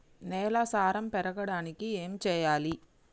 నేల సారం పెరగడానికి ఏం చేయాలి?